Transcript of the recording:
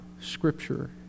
scripture